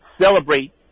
celebrate